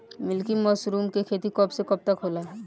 Milky mushroom के खेती कब से कब तक होला?